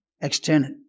external